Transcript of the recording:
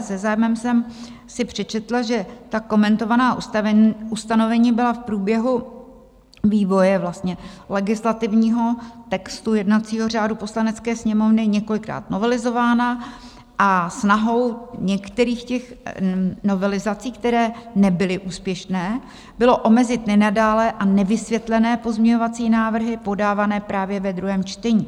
Se zájmem jsem si přečetla, že ta komentovaná ustanovení byla v průběhu vývoje legislativního textu jednacího řádu Poslanecké sněmovny několikrát novelizována a snahou některých těch novelizací, které nebyly úspěšné, bylo omezit nenadálé a nevysvětlené pozměňovací návrhy podávané právě ve druhém čtení.